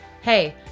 Hey